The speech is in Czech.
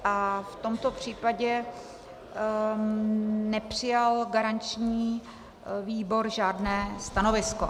V tomto případě nepřijal garanční výbor žádné stanovisko.